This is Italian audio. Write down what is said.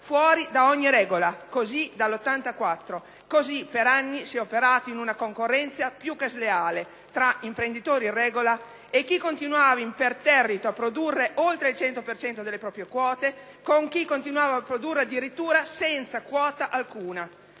fuori da ogni regola, così dal 1984. In questo modo, per anni, si è operato in una concorrenza più che sleale tra imprenditori in regola e chi continuava imperterrito a produrre oltre il 100 per cento delle proprie quote, nonché con chi continuava a produrre addirittura senza quota alcuna.